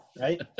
right